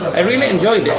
i really enjoyed